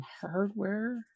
hardware